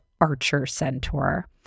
archer-centaur